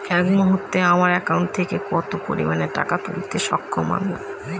এই মুহূর্তে আমার একাউন্ট থেকে কত পরিমান টাকা তুলতে সক্ষম আমি?